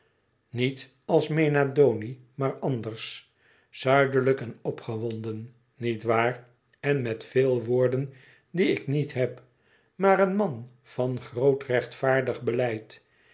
niet als mena doni maar anders zuidelijk en opgewonden niet waar en met veel woorden die ik niet heb maar een man van groot rechtvaardig beleid